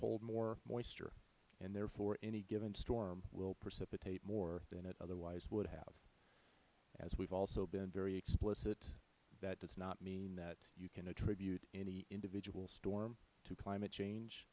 moisture and therefore any given storm will precipitate more than it otherwise would have as we have also been very explicit that does not mean that you can attribute any individual storm to climate change